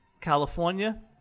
California